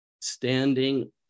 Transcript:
standing